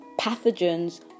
pathogens